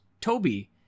Toby